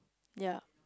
ya